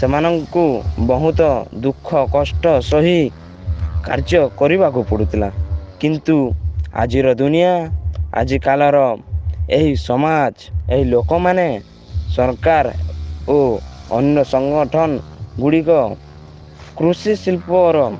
ସେମାନଙ୍କୁ ବହୁତ ଦୁଃଖ କଷ୍ଟ ସହି କାର୍ଯ୍ୟ କରିବାକୁ ପଡ଼ୁଥିଲା କିନ୍ତୁ ଆଜିର ଦୁନିଆ ଆଜିକାଲିର ଏହି ସମାଜ ଏହି ଲୋକମାନେ ସରକାର ଓ ଅନ୍ୟ ସଂଗଠନ ଗୁଡ଼ିକ କୃଷି ଶିଳ୍ପର